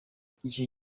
icyo